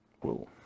Whoa